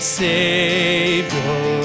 savior